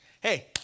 Hey